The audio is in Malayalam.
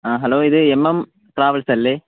ആ ഹലോ ഇത് എം എം ട്രാവെൽസല്ലേ